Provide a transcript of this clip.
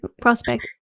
prospect